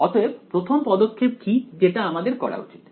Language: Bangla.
অতএব প্রথম পদক্ষেপ কি যেটা আমাদের করা উচিত